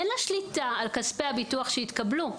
אין לה שליטה על כספי הביטוח שהתקבלו.